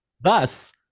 Thus